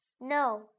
No